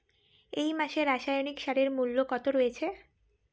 এই মাসে রাসায়নিক সারের মূল্য কত রয়েছে?